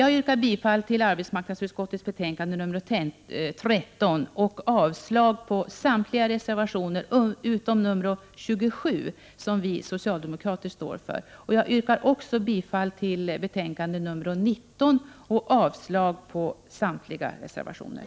Jag yrkar bifall till arbetsmarknadsutskottets hemställan i betänkande nr 13 och avslag på samtliga reservationer utom nr 27, som vi socialdemokrater står för. Jag yrkar även bifall till hemställan i betänkande nr 19 och avslag på samtliga reservationer.